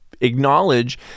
acknowledge